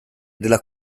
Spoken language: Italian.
della